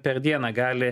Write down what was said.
per dieną gali